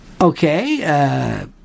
Okay